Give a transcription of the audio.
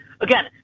Again